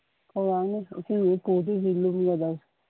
ꯊꯧꯔꯥꯡꯅꯤ ꯏꯁꯤꯡ ꯄꯨꯗꯣꯏꯁꯦ ꯂꯨꯝꯃꯗꯝꯅꯤ